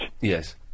Yes